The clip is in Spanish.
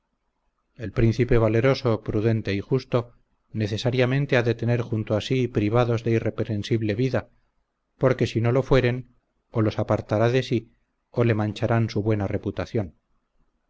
el príncipe valeroso prudente y justo necesariamente ha de tener junto a sí privados de irreprensible vida porque si no lo fueren o los apartará de sí o le mancharán su buena reputación